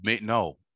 no